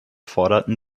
forderten